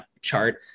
chart